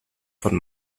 von